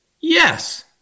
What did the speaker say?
Yes